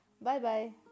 Bye-bye